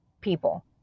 people